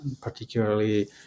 particularly